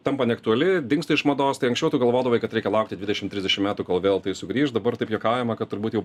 tampa neaktuali dingsta iš mados tai anksčiau tu galvodavai kad reikia laukti dvidešim trisdešim metų kol vėl tai sugrįš dabar taip juokaujama kad turbūt jau